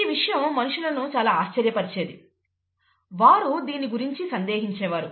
ఈ విషయం మనుషులను చాలా ఆశ్చర్యపరిచేది వారు దీని గురించి సందేహించే వారు